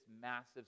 massive